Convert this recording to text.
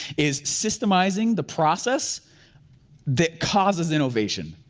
is systemizing the process that causes innovation.